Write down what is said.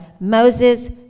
Moses